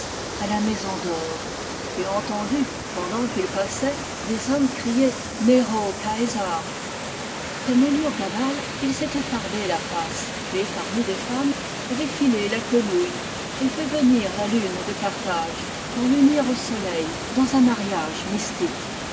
à la maison dor et entendu pendant qu'il passait des hommes crier nero cæsar gomme héliogabale il s'était fardé la face et parmi des femmes avait filé la quenouille et fait venir la lune de carthage pour l'unir au soleil dans un mariage mystique